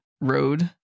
Road